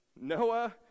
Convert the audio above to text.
Noah